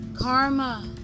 karma